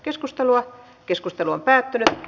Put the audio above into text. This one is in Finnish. keskustelua ei syntynyt